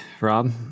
Rob